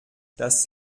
das